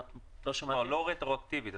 אתה לא מדבר רטרואקטיבית.